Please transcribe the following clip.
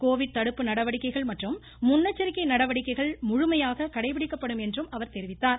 Covid தடுப்பு நடவடிக்கைகள் மற்றும் முன்னெச்சரிக்கை நடவடிக்கைகள் முழுமையாக கடைபிடிக்கப்படும் என்று தெரிவித்தார்